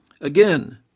Again